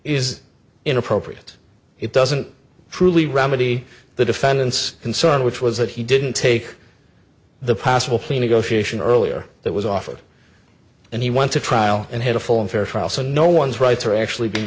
is inappropriate it doesn't truly remedy the defendant's concern which was that he didn't take the possible plea negotiation earlier that was offered and he went to trial and had a full and fair trial so no one's rights are actually being